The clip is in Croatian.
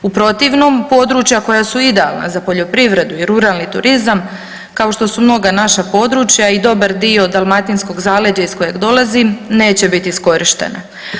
U protivnom područja koja su idealna za poljoprivredu i ruralni turizam kao što su mnoga naša područja i dobar dio dalmatinskog zaleđa iz kojeg dolazim neće biti iskorištena.